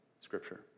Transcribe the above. scripture